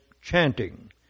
chanting